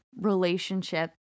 relationship